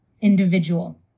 individual